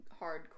hardcore